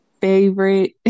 favorite